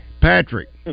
Patrick